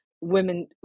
women